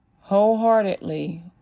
wholeheartedly